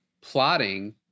plotting